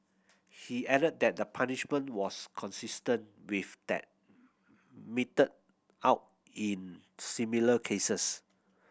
he added that the punishment was consistent with that meted out in similar cases